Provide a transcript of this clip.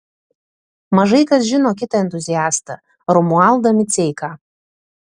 mažai kas žino kitą entuziastą romualdą miceiką